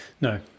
no